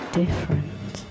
different